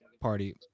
party